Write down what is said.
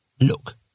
Look